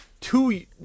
two